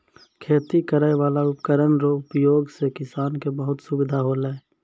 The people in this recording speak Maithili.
खेती करै वाला उपकरण रो उपयोग से किसान के बहुत सुबिधा होलै